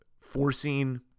forcing